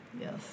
Yes